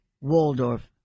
Waldorf